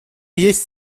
есть